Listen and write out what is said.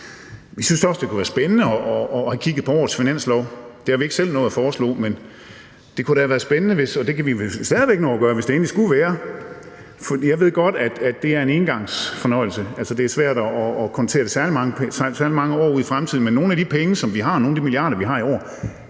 Vi synes også, det kunne have været spændende at kigge på årets finanslov. Det har vi ikke selv nået at foreslå, men det kunne da have været spændende, og det kan vi vel stadig nå at gøre, hvis det endelig skulle være. Jeg ved godt, at det er en engangsfornøjelse, altså at det er svært at kontere det særlig mange år ud i fremtiden, men nogle af de milliarder, vi har i år,